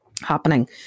happening